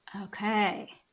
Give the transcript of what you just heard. Okay